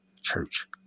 church